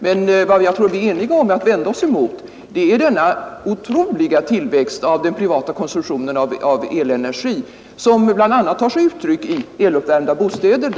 Men vi är också eniga om att vända oss emot den otroliga tillväxten av den privata konsumtionen av elenergi, som bl.a. tar sig uttryck i eluppvärmda bostäder.